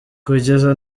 kugeza